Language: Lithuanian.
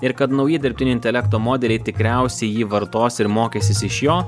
ir kad nauji dirbtinio intelekto modeliai tikriausiai jį vartos ir mokysis iš jo